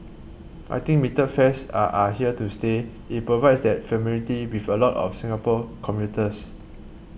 I think metered fares are are here to stay it provides that familiarity with a lot of Singapore commuters